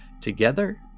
Together